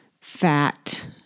fat